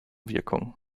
wirkung